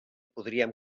podríem